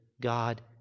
God